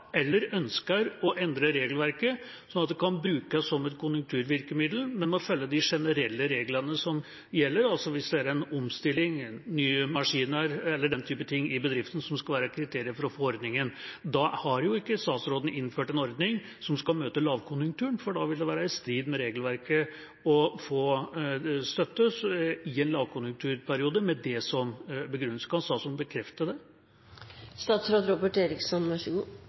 eller den type ting – som skal være kriteriene for å få ordningen. Da har jo ikke statsråden innført en ordning som skal møte lavkonjunkturen, for det vil være i strid med regelverket å få støtte i en lavkonjunkturperiode med det som begrunnelse.